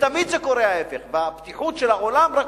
ותמיד קורה ההיפך הפתיחות של העולם רק